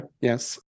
Yes